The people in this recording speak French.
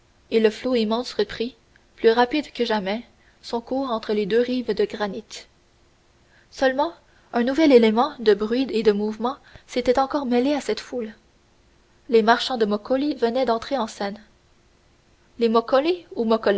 et le flot immense reprit plus rapide que jamais son cours entre les deux rives de granit seulement un nouvel élément de bruit et de mouvement s'était encore mêlé à cette foule les marchands de moccoli venaient d'entrer en scène